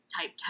type